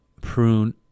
prune